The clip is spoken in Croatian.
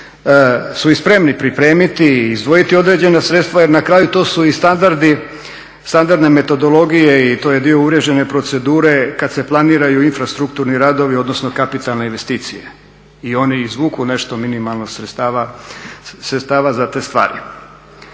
su i spremni pripremiti i izdvojiti određena sredstva, jer na kraju to su i standardi, standardne metodologije i to je dio uvriježene procedure kad se planiraju infrastrukturni radovi, odnosno kapitalne investicije. I oni izvuku nešto minimalno sredstava za te stvari.